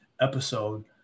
episode